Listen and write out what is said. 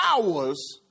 hours